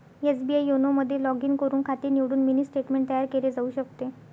SBI YONO मध्ये log in करून खाते निवडून मिनी स्टेटमेंट तयार केले जाऊ शकते